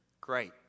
Great